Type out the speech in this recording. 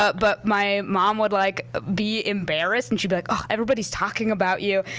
but but my mom would like ah be embarrassed, and she'd be like, ugh, everybody's talking about you.